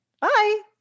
Bye